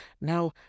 Now